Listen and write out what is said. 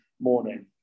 Morning